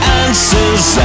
answers